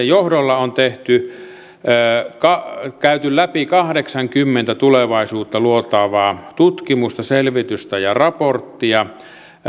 johdolla on käyty läpi kahdeksankymmentä tulevaisuutta luotaavaa tutkimusta selvitystä ja raporttia